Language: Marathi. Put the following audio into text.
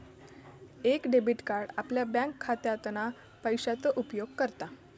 एक डेबिट कार्ड आपल्या बँकखात्यातना पैशाचो उपयोग करता